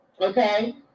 Okay